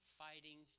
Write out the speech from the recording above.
fighting